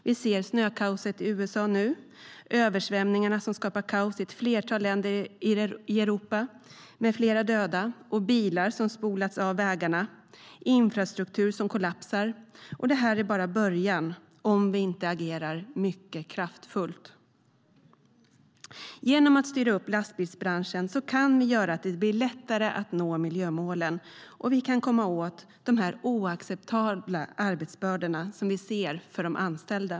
Vi ser snökaoset i USA nu, översvämningar som skapar kaos i ett flertal länder i Europa med flera döda och bilar som spolas av vägarna samt infrastruktur som kollapsar. Det är bara början, om vi inte agerar mycket kraftfullt. Genom att styra upp lastbilsbranschen kan vi göra att det blir lättare att nå miljömålen, och vi kan komma åt de oacceptabla arbetsbördor för anställda som vi ser.